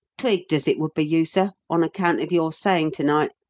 twigged as it would be you, sir, on account of your sayin' to-night.